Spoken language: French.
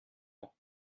vent